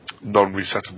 non-resettable